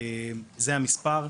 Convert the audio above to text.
זה המספר.